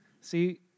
See